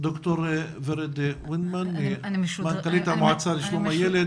עו"ד ורד וינדמן מנכ"לית המועצה לשלום הילד.